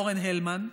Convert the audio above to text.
אורן הלמן.